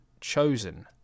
Chosen